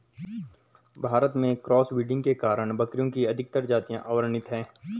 भारत में cross breeding के कारण बकरियों की अधिकतर जातियां अवर्णित है